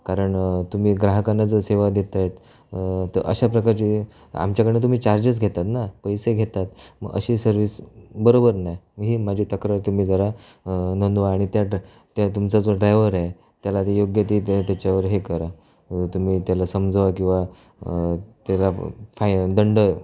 कारण तुमी ग्राहकांना जर सेवा देत आहेत तर अशा प्रकारची आमच्याकडनं तुम्ही चार्जेस घेतात ना पैसे घेतात मग अशी सर्विस बरोबर नाही ही माझी तक्रार तुम्ही जरा नोंदवा आणि त्या टं त्या तुमचा जो ड्रायव्हर आहे त्याला ते योग्य ती त्याच्यावर हे करा तुम्ही त्याला समजवा किंवा तेला फाईन दंड